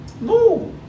No